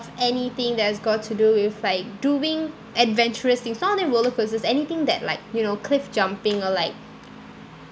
anything that has got to do with like doing adventurous things not only roller coasters anything that like you know cliff jumping or like